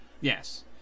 Yes